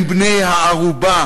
הם בני-הערובה